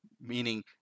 Meaning